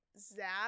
Zap